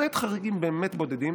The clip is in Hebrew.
למעט חריגים באמת בודדים,